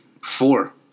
four